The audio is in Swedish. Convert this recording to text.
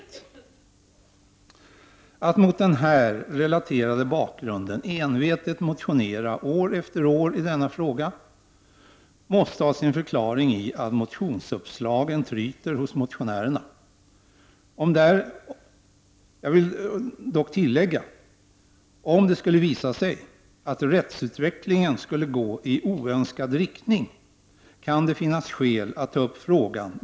Att man mot den här relaterade bakgrunden år efter år envetet motionerar i denna fråga måste ha sin förklaring i att motionsuppslagen tryter hos motionärerna. Jag vill dock tillägga att det, om det skulle visa sig att rättsutvecklingen går i oönskad riktning, kan finnas skäl att ta upp frågan.